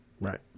right